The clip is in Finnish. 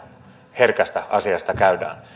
herkästä asiasta käydään